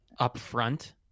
upfront